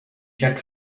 jet